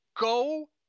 Go